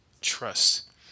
trust